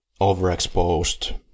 overexposed